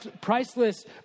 priceless